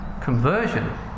conversion